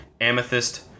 amethyst